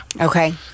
Okay